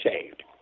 saved